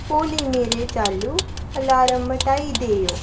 होली मेरे चाल्लू अलार्म मटाई देओ